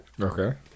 okay